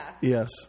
Yes